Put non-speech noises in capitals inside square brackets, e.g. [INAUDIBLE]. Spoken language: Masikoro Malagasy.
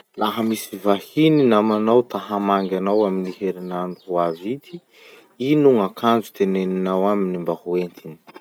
Laha misy vahiny namanao ta hamangy anao amy herignandro [NOISE] ho avy ity, ino gn'akanjo teneninao aminy mba ho entiny? [NOISE]